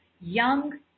young